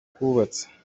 twubatse